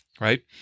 right